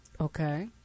Okay